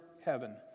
heaven